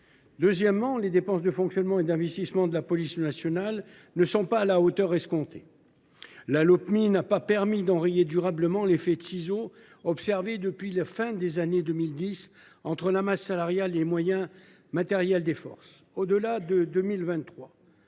Deuxièmement, les dépenses de fonctionnement et d’investissement de la police nationale ne sont pas aux niveaux escomptés. La Lopmi n’a pas permis d’enrayer durablement l’effet de ciseaux observé depuis la fin des années 2010 entre la masse salariale et les moyens matériels des forces. Au delà de 2025,